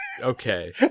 Okay